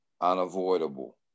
unavoidable